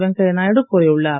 வெங்கையாநாயுடு கூறியுள்ளார்